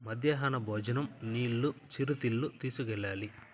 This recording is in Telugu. మధ్యాహ్న భోజనం నీళ్ళు చిరుతిళ్ళు తీసుకెళ్ళాలి